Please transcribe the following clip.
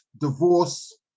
divorce